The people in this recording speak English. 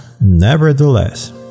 nevertheless